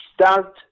start